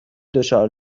دچار